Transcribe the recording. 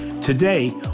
Today